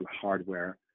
hardware